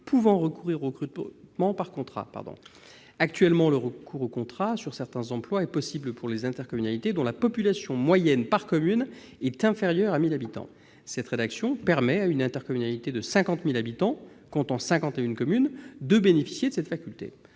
pouvant recourir au recrutement par contrat. Actuellement, le recours au contrat pour certains emplois est possible pour les intercommunalités dont la population moyenne par commune est inférieure à 1 000 habitants. Cette rédaction permet à une intercommunalité de 50 000 habitants comptant cinquante et une communes de bénéficier de cette faculté.